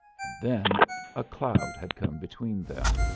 and then a cloud had come between them,